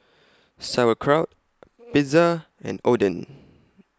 Sauerkraut Pizza and Oden